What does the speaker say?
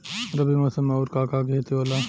रबी मौसम में आऊर का का के खेती होला?